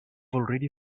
already